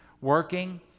working